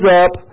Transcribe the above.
up